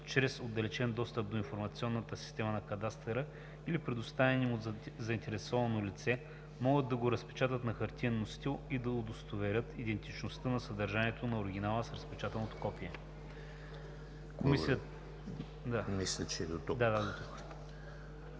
чрез отдалечен достъп до информационната система на кадастъра или предоставен им от заинтересовано лице, могат да го разпечатат на хартиен носител и да удостоверят идентичността на съдържанието на оригинала с разпечатаното копие.“ ПРЕДСЕДАТЕЛ